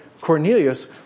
Cornelius